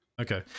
Okay